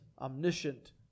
omniscient